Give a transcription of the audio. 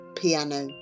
piano